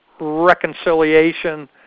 reconciliation